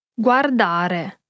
Guardare